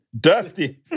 Dusty